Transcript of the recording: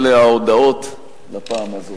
אלה ההודעות לפעם הזאת.